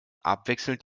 abwechselnd